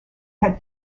had